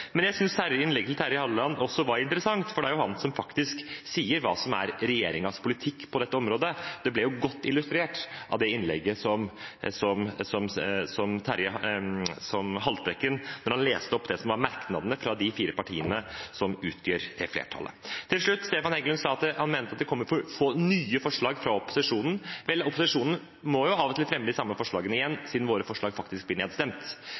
Men jeg synes Terje Hallelands innlegg også var interessant, for det er han som faktisk sier hva som er regjeringens politikk på dette området. Det ble godt illustrert i Haltbrekkens innlegg da han leste opp merknadene fra de fire partiene som utgjør flertallet. Til slutt: Stefan Heggelund sa han mente det kom for få nye forslag fra opposisjonen. Opposisjonen må av og til fremme de samme forslagene om igjen, siden våre forslag blir nedstemt.